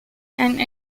and